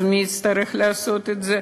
אז מי יצטרך לעשות את זה?